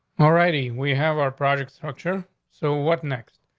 alrighty. we have our product structure. so what next?